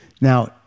Now